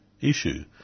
issue